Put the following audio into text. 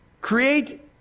create